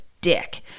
dick